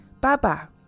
Baba